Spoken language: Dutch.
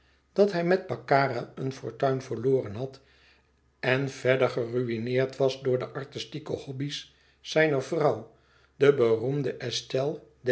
dat hij met baccara een fortuin verloren had en verder geruïneerd was door de artistieke lubies zijner vrouw de beroemde estelle